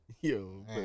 Yo